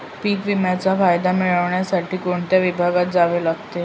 पीक विम्याचा फायदा मिळविण्यासाठी कोणत्या विभागात जावे लागते?